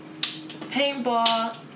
Paintball